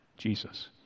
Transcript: Jesus